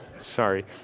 Sorry